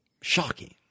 Shocking